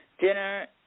Dinner